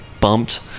bumped